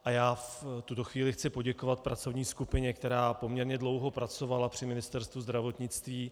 A já v tuto chvíli chci poděkovat pracovní skupině, která poměrně dlouho pracovala při Ministerstvu zdravotnictví.